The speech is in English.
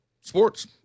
Sports